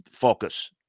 focus